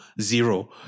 zero